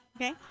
Okay